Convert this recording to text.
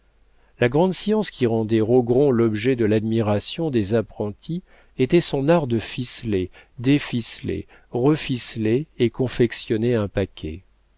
la grande science qui rendait rogron l'objet de l'admiration des apprentis était son art de ficeler déficeler reficeler et confectionner un paquet